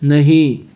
नहीं